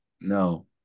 No